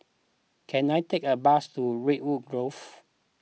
can I take a bus to Redwood Grove